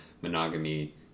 monogamy